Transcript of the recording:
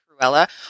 Cruella